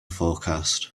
forecast